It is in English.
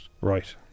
right